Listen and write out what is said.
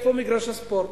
איפה מגרש הספורט?